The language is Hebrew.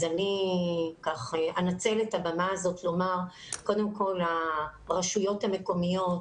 אני אנצל את הבמה הזאת לומר שקודם כל הרשויות המקומיות,